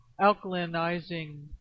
alkalinizing